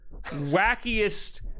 wackiest